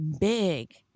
big